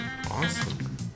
Awesome